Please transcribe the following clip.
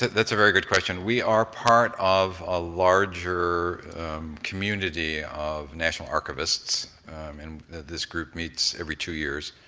that's a very good question. we are part of a larger community of national archivist. and this group meets every two years.